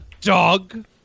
dog